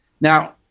Now